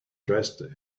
dressed